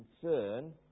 concern